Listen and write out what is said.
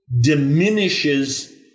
diminishes